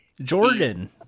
Jordan